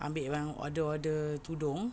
ambil barang order order tudung